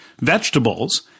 vegetables